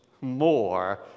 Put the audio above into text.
more